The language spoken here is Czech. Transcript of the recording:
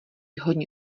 hodně